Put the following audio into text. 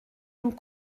nous